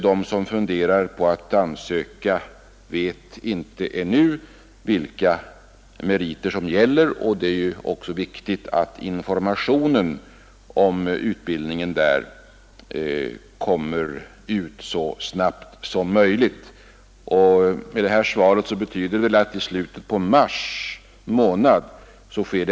De som funderar på att söka dit vet ännu inte vilka kraven på meriter är. Det är också viktigt att informationen om utbildningen vid bibliotekshögskolan kommer ut så snabbt som möjligt. Det svar jag nu fått betyder väl att detta skall ske i slutet på mars.